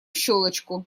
щелочку